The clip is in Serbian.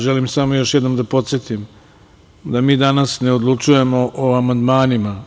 Želim samo još jednom da podsetim da mi danas ne odlučujemo o amandmanima.